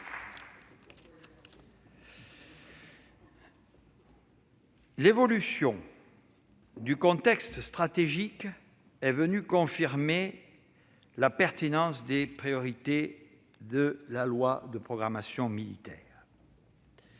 L'évolution du contexte stratégique est venue confirmer la pertinence des priorités données à la loi de programmation militaire.